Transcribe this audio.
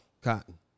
Cotton